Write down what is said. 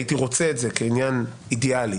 הייתי רוצה את זה כעניין אידיאלי,